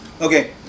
Okay